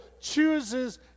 chooses